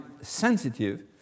sensitive